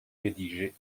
rédigé